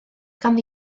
ganddi